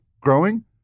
growing